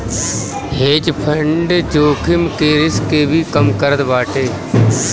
hedge fund जोखिम के risk के भी कम करत बाटे